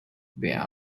via